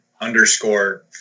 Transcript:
underscore